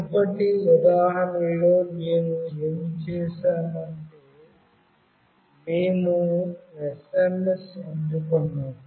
మునుపటి ఉదాహరణలో మేము ఏమి చేసామంటే మేము SMS అందుకున్నాము